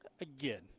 Again